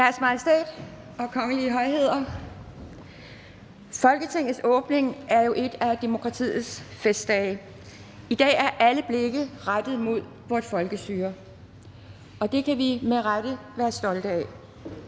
Deres Majestæt og Kongelige Højheder. Folketingets åbning er jo en af demokratiets festdage. I dag er alle blikke rettet mod vort folkestyre, og det kan vi med rette være stolte af.